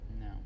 No